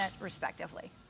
respectively